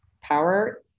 power